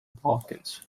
balkans